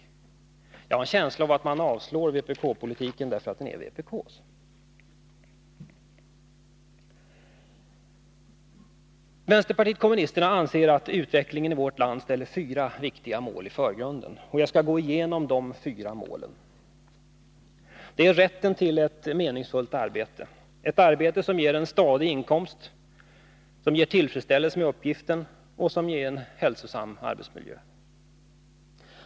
Jag har en känsla av att man avslår vpk:s politik därför att den kommer från vpk. Vänsterpartiet kommunisterna anser att utvecklingen i vårt land ställer fyra viktiga mål i förgrunden. Jag skall gå igenom de fyra målen. Det är rätten till ett meningsfullt arbete — ett arbete som ger stadig inkomst och tillfredsställelse med uppgiften och som innebär en hälsosam arbetsmiljö.